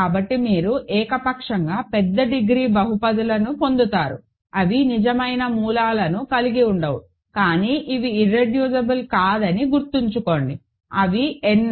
కాబట్టి మీరు ఏకపక్షంగా పెద్ద డిగ్రీ బహుపదిలను పొందుతారు అవి నిజమైన మూలాలను కలిగి ఉండవు కానీ ఇవి ఇర్రెడ్యూసిబుల్ కాదని గుర్తుంచుకోండి అవి n